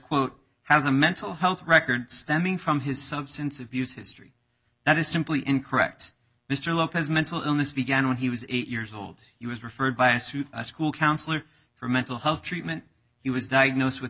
quote has a mental health record stemming from his substance abuse history that is simply incorrect mr lopez mental illness began when he was eight years old he was referred by a suit a school counselor for mental health treatment he was diagnosed with